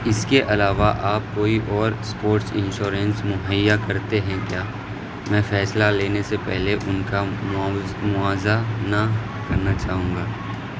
اس کے علاوہ آپ کوئی اور اسپورٹس انشورنس مہیا کرتے ہیں کیا میں فیصلہ لینے سے پہلے ان کا موازنہ کرنا چاہوں گا